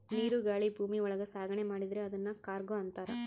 ನೀರು ಗಾಳಿ ಭೂಮಿ ಒಳಗ ಸಾಗಣೆ ಮಾಡಿದ್ರೆ ಅದುನ್ ಕಾರ್ಗೋ ಅಂತಾರ